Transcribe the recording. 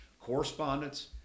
Correspondence